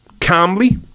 calmly